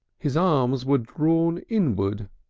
his arms were drawn inward,